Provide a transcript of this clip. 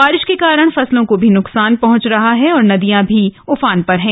बारिश के कारण फसलों को भी नुकसान पहुंच रहा है और नदियां भी उफान पर है